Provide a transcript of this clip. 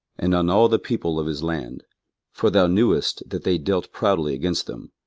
and on all the people of his land for thou knewest that they dealt proudly against them.